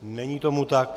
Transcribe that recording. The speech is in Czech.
Není tomu tak.